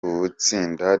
uw’itsinda